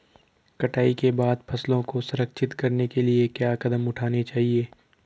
कटाई के बाद फसलों को संरक्षित करने के लिए क्या कदम उठाने चाहिए?